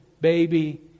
baby